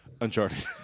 Uncharted